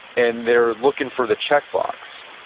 and they're looking for the check box,